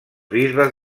bisbes